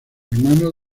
hermanos